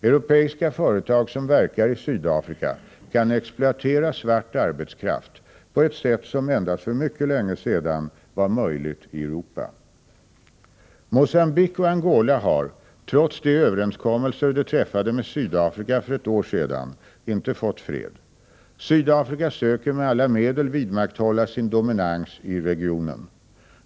Europeiska företag som verkar i Sydafrika kan exploatera svart arbetskraft på ett sätt som endast för mycket länge sedan var möjligt i Europa. Mogambique och Angola har, trots de överenskommelser de träffade med Sydafrika för ett år sedan, inte fått fred. Sydafrika söker med alla medel vidmakthålla sin dominans i regionen.